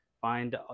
find